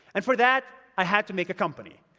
and for that, i had to make a company.